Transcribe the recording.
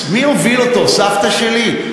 מי הוביל אותו, סבתא שלי?